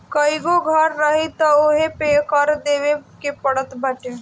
कईगो घर रही तअ ओहू पे कर देवे के पड़त बाटे